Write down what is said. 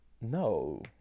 No